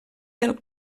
del